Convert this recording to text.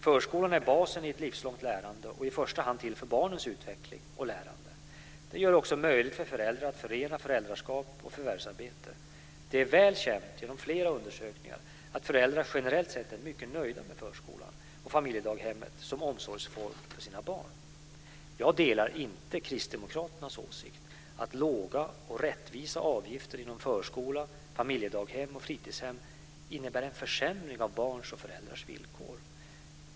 Förskolan är basen i ett livslångt lärande och är i första hand till för barnens utveckling och lärande. Den gör det också möjligt för föräldrar att förena föräldraskap och förvärvsarbete. Det är väl känt genom flera undersökningar att föräldrar generellt sett är mycket nöjda med förskolan och familjedaghemmet som omsorgsform för sina barn. Jag delar inte Kristdemokraternas åsikt att låga och rättvisa avgifter inom förskola, familjedaghem och fritidshem innebär en försämring av barns och föräldrars villkor.